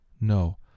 No